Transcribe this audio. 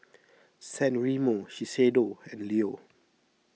San Remo Shiseido and Leo